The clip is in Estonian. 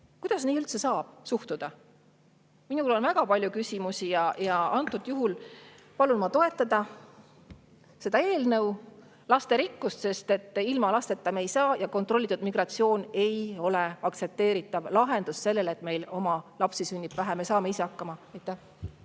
Kuidas nii üldse saab suhtuda? Minul on väga palju küsimusi. Antud juhul palun ma toetada seda eelnõu ja lasterikkust, sest ilma lasteta me ei saa ja kontrollitud migratsioon ei ole aktsepteeritav lahendus, kui meil oma lapsi sünnib vähe. Me saame ise hakkama.